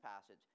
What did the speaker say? passage